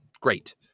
great